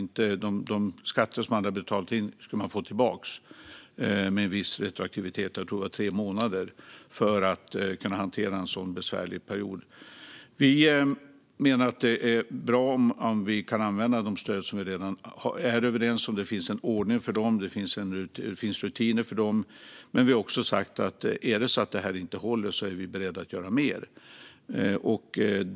De skatter som man betalat in skulle man alltså få tillbaka med en viss retroaktivitet - jag tror att det var tre månader - för att kunna hantera en sådan besvärlig period. Vi menar att det är bra om vi kan använda de stöd som vi redan är överens om. Det finns en ordning och rutiner för dem. Men vi har också sagt att vi är beredda att göra mer om detta inte håller.